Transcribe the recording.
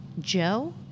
Joe